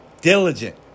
diligent